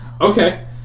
okay